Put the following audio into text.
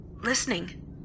listening